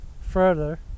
further